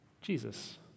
Jesus